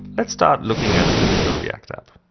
let's start looking at a typically react app.